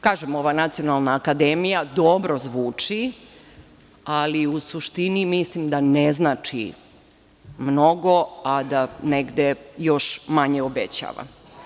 Kažem - Nacionalna akademija dobro zvuči, ali u suštini mislim da ne znači mnogo, a da negde još manje obećava.